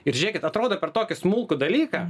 ir žiūrėkit atrodo per tokį smulkų dalyką